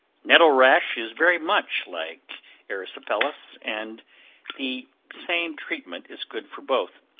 nettle rash is very much like erysipelas, and the same treatment is good for both.